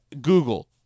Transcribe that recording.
Google